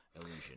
illusion